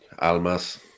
Almas